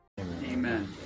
Amen